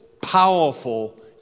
powerful